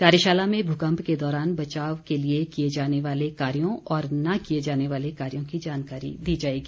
कार्यशाला में भूकम्प के दौरान बचाव के लिए किए जाने वाले कार्यों और न किए जाने वाले कार्यों की जानकारी दी जाएगी